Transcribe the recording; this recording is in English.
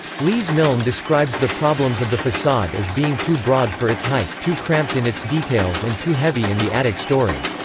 lees-milne describes the problems of the facade as being too broad for its height, too cramped in its details and too heavy in the attic story.